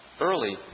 early